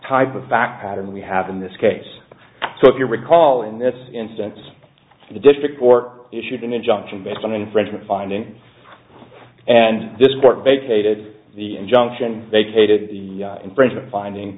type of fact pattern we have in this case so if you recall in this instance the district court issued an injunction based on infringement finding and this court vacated the injunction vacated the infringement finding